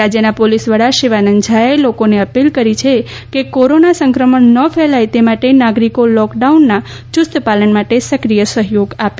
રાજ્યના પોલીસ વડા શિવાનંદ ઝાએ લોકોને અપીલ કરી છે કે કોરોના સંક્રમણ ન ફેલાય તે માટે નાગરીકો લોકડાઉનના યુસ્ત પાલન માટે સક્રીય સહયોગ આપે